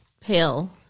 pale